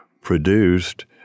produced